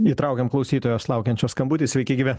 įtraukiam klausytojos laukiančios skambutį sveiki gyvi